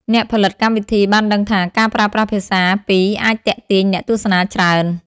អ្នកផលិតកម្មវិធីបានដឹងថា ការប្រើប្រាស់ភាសាពីរអាចទាក់ទាញអ្នកទស្សនាច្រើន។